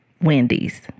Wendy's